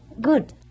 good